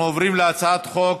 אנחנו עוברים להצעת חוק